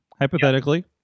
hypothetically